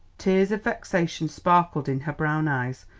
tears of vexation sparkled in her brown eyes,